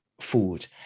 food